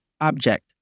object